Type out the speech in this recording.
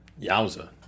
Yowza